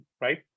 right